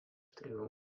trijų